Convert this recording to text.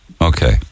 Okay